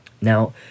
Now